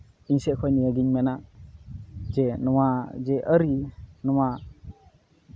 ᱤᱧ ᱥᱮᱫ ᱠᱷᱚᱡ ᱱᱤᱭᱟᱹᱜᱤᱧ ᱢᱮᱱᱟ ᱡᱮ ᱱᱚᱣᱟ ᱡᱮ ᱟᱹᱨᱤ ᱱᱚᱣᱟ